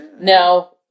Now